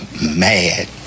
mad